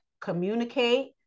communicate